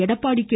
Edappadi K